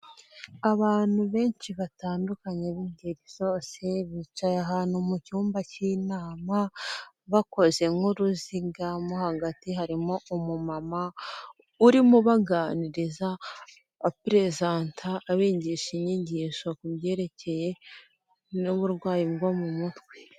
Abantu benshi batandukanye b'ingeri zose, bicaye ahantu mu cyumba cy'inama, bakoze nk'uruziga, mo hagati harimo umumama urimo ubaganiriza, apurezanta, abigisha inyigisho ku byerekeye n'uburwayi bwo mu mutwe.